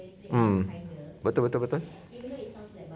mum betul betul betul